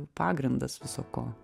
pagrindas viso ko